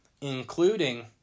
including